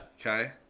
Okay